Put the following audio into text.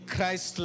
Christ